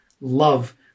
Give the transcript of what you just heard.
love